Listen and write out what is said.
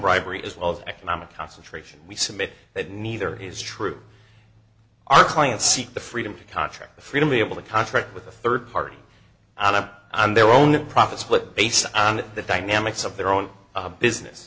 bribery as well as economic concentration we submit that neither is true our clients seek the freedom to contract the freedom to be able to contract with a third party out of their own profit split based on the dynamics of their own business